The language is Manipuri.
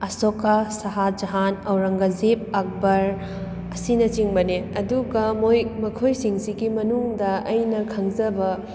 ꯑꯁꯣꯛꯀ ꯁꯍꯥꯖꯍꯥꯟ ꯑꯧꯔꯪꯒꯖꯤꯞ ꯑꯛꯕꯔ ꯑꯁꯤꯅꯆꯤꯡꯕꯅꯤ ꯑꯗꯨꯒ ꯃꯣꯏ ꯃꯈꯣꯏꯁꯤꯡꯁꯤꯒꯤ ꯃꯅꯨꯡꯗ ꯑꯩꯅ ꯈꯪꯖꯕ